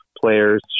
players